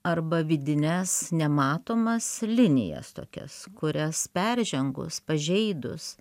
arba vidines nematomas linijas tokias kurias peržengus pažeidus